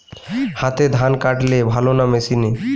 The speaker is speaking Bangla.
হাতে ধান কাটলে ভালো না মেশিনে?